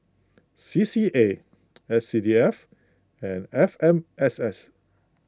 C C A S C D F and F M S S